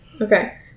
Okay